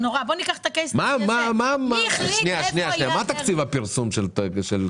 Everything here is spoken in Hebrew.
מה תקציב הפרסום של "זוזו"?